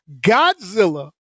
Godzilla